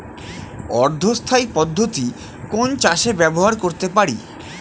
অর্ধ স্থায়ী পদ্ধতি কোন চাষে ব্যবহার করতে পারি?